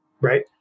right